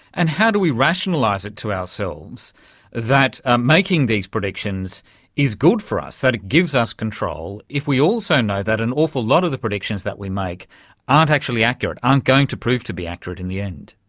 and how do we rationalise it to ourselves that making these predictions is good for us, that it gives us control if we also know that an awful lot of the predictions that we make aren't actually accurate, aren't going to prove to be accurate in the end?